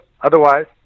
Otherwise